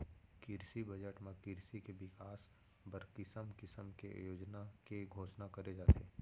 किरसी बजट म किरसी के बिकास बर किसम किसम के योजना के घोसना करे जाथे